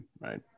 right